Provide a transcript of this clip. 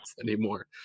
anymore